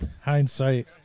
Hindsight